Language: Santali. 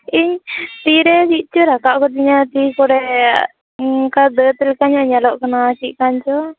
ᱤᱧ ᱛᱤᱨᱮ ᱪᱮᱫᱪᱚ ᱨᱟᱠᱟᱵ ᱟᱠᱟᱫᱤᱧᱟ ᱛᱤ ᱠᱚᱨᱮ ᱟᱱᱠᱟ ᱫᱟ ᱫ ᱞᱮᱠᱟ ᱧᱚᱜ ᱧᱮᱞᱚᱜ ᱠᱟᱱᱟ ᱪᱮᱫ ᱠᱟᱱ ᱪᱚ